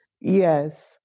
Yes